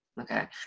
Okay